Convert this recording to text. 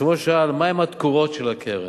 היושב-ראש שאל מהן התקורות של הקרן.